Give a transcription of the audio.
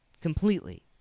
completely